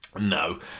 No